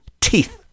teeth